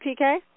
PK